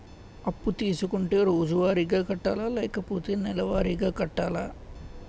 అప్పు తీసుకుంటే రోజువారిగా కట్టాలా? లేకపోతే నెలవారీగా కట్టాలా?